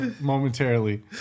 momentarily